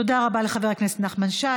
תודה רבה לחבר הכנסת נחמן שי.